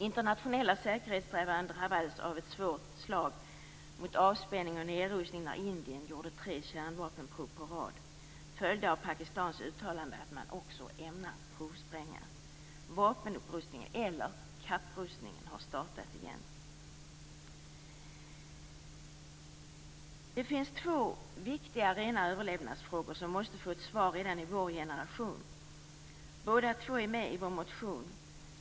Internationella säkerhetssträvanden drabbades av ett svårt slag mot avspänning och nedrustning när Indien gjorde tre kärnvapenprov på rad, följda av Pakistans uttalande om att man också där ämnar provspränga. Vapenupprustningen, eller kapprustningen, har startat igen. Det finns två viktiga rena överlevnadsfrågor som måste få ett svar redan i vår generation. Båda två är med i vår motion.